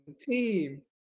team